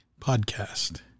podcast